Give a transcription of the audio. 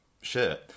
shirt